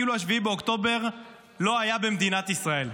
כאילו 7 באוקטובר לא היה במדינת ישראל.